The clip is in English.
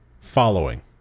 Following